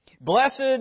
Blessed